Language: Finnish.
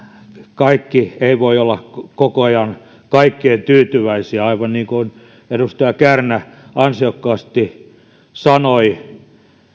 kaikki eivät voi olla koko ajan kaikkeen tyytyväisiä aivan niin kuin edustaja kärnä ansiokkaasti sanoi